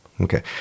Okay